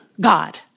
God